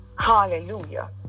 Hallelujah